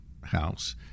house